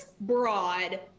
broad